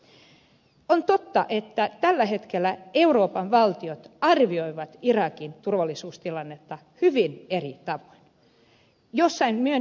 on totta että tällä hetkellä euroopan valtiot arvioivat irakin turvallisuustilannetta hyvin eri tavoin